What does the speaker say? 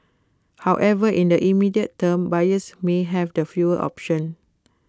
however in the immediate term buyers may have the fewer options